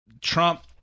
Trump